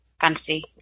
Fantasy